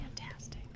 Fantastic